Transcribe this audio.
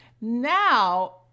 Now